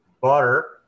butter